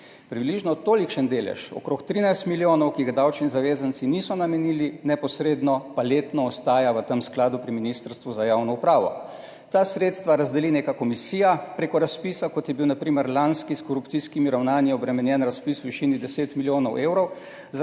Približno tolikšen delež, okrog 13 milijonov, ki ga davčni zavezanci niso namenili neposredno, pa letno ostaja v tem skladu pri Ministrstvu za javno upravo. Ta sredstva razdeli neka komisija prek razpisa, kot je bil na primer lanski, s korupcijskimi ravnanji obremenjenega razpisa v višini 10 milijonov evrov,